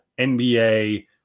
NBA